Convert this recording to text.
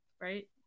right